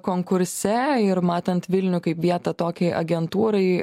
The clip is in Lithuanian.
konkurse ir matant vilnių kaip vietą tokiai agentūrai